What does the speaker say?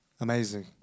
Amazing